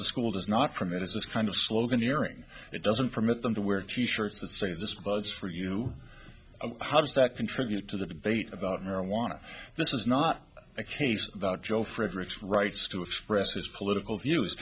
the school does not permit us this kind of sloganeering it doesn't permit them to wear t shirts that say this was for you know how does that contribute to the debate about marijuana this is not a case about joe frederick's rights to express his political views